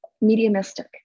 mediumistic